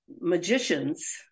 magicians